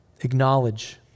Acknowledge